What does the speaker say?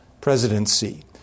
presidency